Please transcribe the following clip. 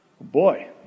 Boy